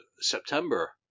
September